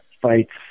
fights